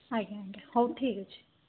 ଆଜ୍ଞା ଆଜ୍ଞା ହଉ ଠିକ୍ ଅଛି